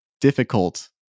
difficult